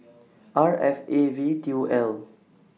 R F A V two L